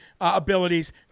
abilities